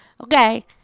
Okay